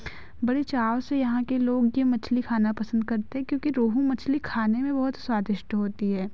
बड़े चाव से यहाँ के लोग यह मछली खाना पसंद करते हैं क्योंकि रोहू मछली खाने में बहुत स्वादिष्ट होती है